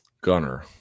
Gunner